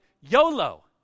YOLO